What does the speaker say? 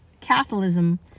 Catholicism